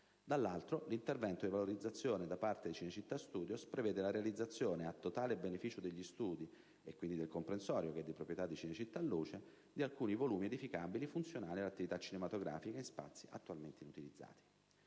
Dall'altro, l'intervento di valorizzazione da parte di Cinecittà Studios prevede la realizzazione, a totale beneficio degli studi (e quindi del comprensorio di proprietà di Cinecittà Luce), di alcuni volumi edificabili, funzionali all'attività cinematografica, in spazi attualmente inutilizzati.